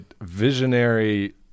visionary